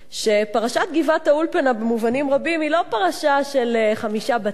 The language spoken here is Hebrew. שפרשת גבעת-האולפנה במובנים רבים היא לא פרשה של חמישה בתים,